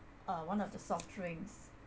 uh one of the soft drinks